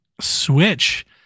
Switch